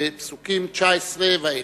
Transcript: בפסוקים 19 ואילך.